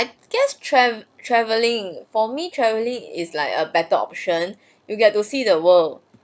I guess trav~ traveling for me travelling is like a better option you get to see the world